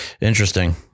Interesting